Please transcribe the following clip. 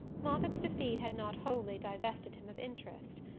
moffatt's defeat had not wholly divested him of interest.